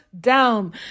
down